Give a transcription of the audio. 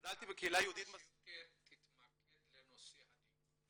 גדלתי בקהילה יהודית --- תתמקד כמה שיותר בנושא הדיון.